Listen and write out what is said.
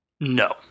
No